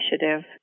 Initiative